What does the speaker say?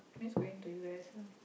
miss going to u_s ah